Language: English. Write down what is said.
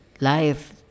life